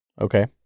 Okay